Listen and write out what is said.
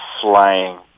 flying